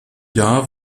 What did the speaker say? jahr